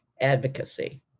advocacy